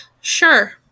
Sure